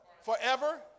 forever